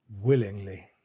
Willingly